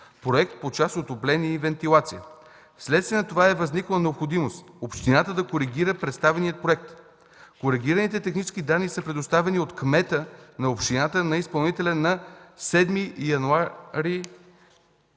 проект по част „Отопление и вентилация”. Вследствие на това е възникнала необходимост общината да коригира представения проект. Коригираните технически данни са предоставени от кмета на общината на изпълнителя на 7 януари